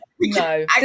no